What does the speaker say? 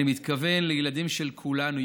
אני מתכוון לילדים של כולנו,